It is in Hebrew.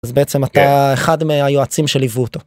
אז בעצם אתה אחד מהיועצים שליוו אותו.